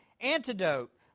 antidote